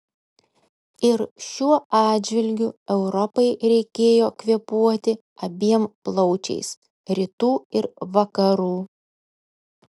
ir šiuo atžvilgiu europai reikėjo kvėpuoti abiem plaučiais rytų ir vakarų